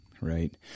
Right